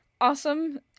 awesome